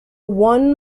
one